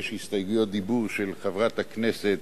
יש הסתייגויות דיבור של חברת הכנסת